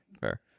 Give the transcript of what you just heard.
Fair